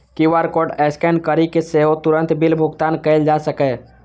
QR code scan करि कें सेहो तुरंत बिल भुगतान कैल जा सकैए